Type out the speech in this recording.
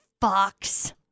Fox